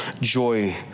joy